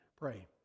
Pray